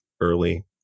early